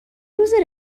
روزه